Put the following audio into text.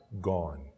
gone